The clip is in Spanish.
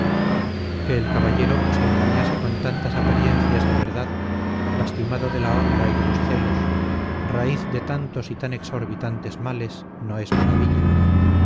que el caballero se engañase con tantas apariencias de verdad lastimado de la honra y de los celos raíz de tantos y tan exorbitantes males no es maravilla